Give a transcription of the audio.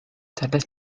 charles